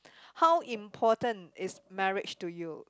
how important is marriage to you